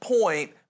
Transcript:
point